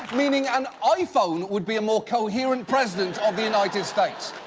meaning an iphone would be a more coherent president of the united states.